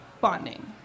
bonding